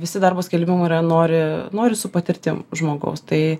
visi darbo skelbimų yra nori nori su patirtim žmogaus tai